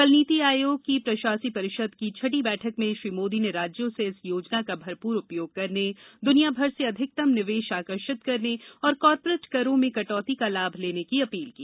कल नीति आयोग की शासी परिषद की छठी बैठक में श्री मोदी ने राज्यों से इस योजना का भरपूर उपयोग करने दुनियाभर से अधिकतम निवेश आकर्षित करने और कॉरपोरेट करों में कटौती का लाभ लेने की अपील की